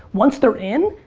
once they're in,